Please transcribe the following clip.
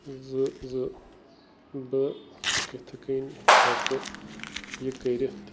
زٕ زٕ بہٕ کِتھ کٔنۍ ہیٚکہٕ یہِ کٔرِتھ